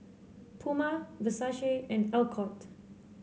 Puma Versace and Alcott